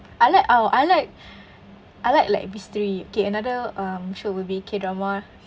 I like oh I like I like like mystery okay another um show will be K drama